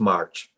March